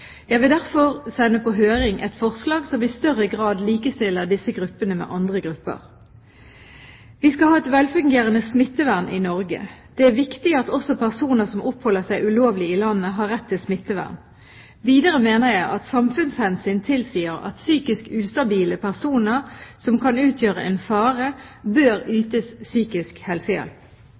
Jeg vil derfor sende på høring et forslag som i større grad likestiller disse gruppene med andre grupper. Vi skal ha et velfungerende smittevern i Norge. Det er viktig at også personer som oppholder seg ulovlig i landet, har rett til smittevern. Videre mener jeg at samfunnshensyn tilsier at psykisk ustabile personer som kan utgjøre en fare, bør ytes psykisk helsehjelp.